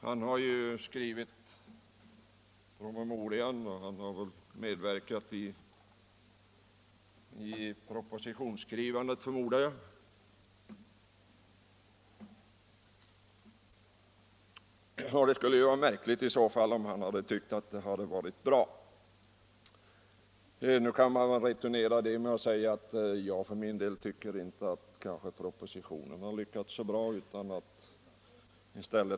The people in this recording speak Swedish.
Han har ju skrivit promemorian, och han har väl också medverkat vid propositionsskrivandet, förmodar jag, och då hade det ju varit märkligt om han hade tyckt att utskottsförslaget var bra. Jag kan f. ö. replikera och säga att jag för min del tycker inte att man har lyckats så bra med propositionen.